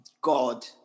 God